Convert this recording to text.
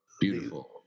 beautiful